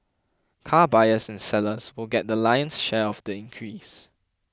car buyers and sellers will get the lion's share of the increase